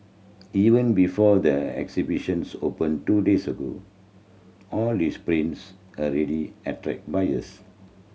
even before the exhibitions open two days ago all this prints already attract buyers